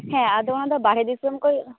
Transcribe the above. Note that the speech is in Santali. ᱦᱮᱸ ᱟᱫᱚ ᱚᱱᱟᱫᱚ ᱵᱟᱦᱨᱮ ᱫᱤᱥᱟᱹᱢ ᱠᱷᱚᱡ